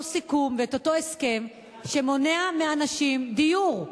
סיכום ואת אותו הסכם שמונע מאנשים דיור.